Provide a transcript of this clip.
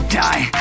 die